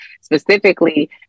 specifically